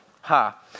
ha